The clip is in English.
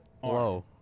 Whoa